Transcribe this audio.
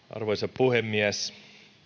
arvoisa puhemies